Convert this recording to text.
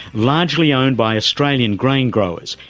largely owned by australian grain growers,